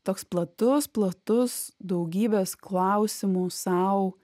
toks platus platus daugybės klausimų sau